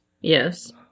Yes